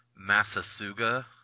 Massasuga